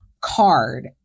card